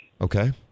Okay